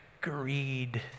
greed